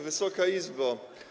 Wysoka Izbo!